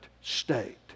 state